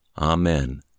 Amen